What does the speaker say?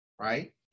right